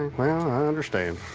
all i understand,